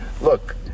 look